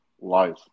life